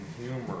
humor